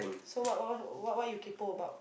so what what what what what you kaypo about